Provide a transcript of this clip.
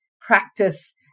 practice